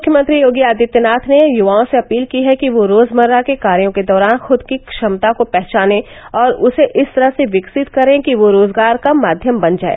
मुख्यमंत्री योगी आदित्यनाथ ने युवाओं से अपील की है कि वह रोजमर्रा के कार्यों के दौरान खुद की क्षमता को पहचानें और उसे इस तरह से विकसित करें कि वह रोजगार का माध्यम बन जाए